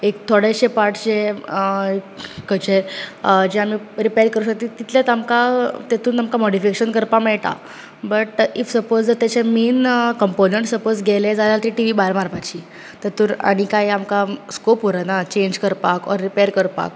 एक थोडेशें पार्टज जे खंयचे जे आमी रिपेर करुंक शकता ते तितलेंच आमकां तेतुंत आमकां मॉडिफिकेशन करपाक मेळटा बट इफ सपोज जर तेचे मेन कम्पोनन्ट सपोज गेले जाल्यार ते टीवी भायर मारपाची तेतंत आनी कांय आमकां स्कोप उरना चेन्ज करपाक ऑर रिपेर करपाक